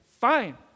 Fine